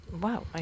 Wow